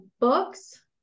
books